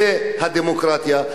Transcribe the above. זאת הדמוקרטיה,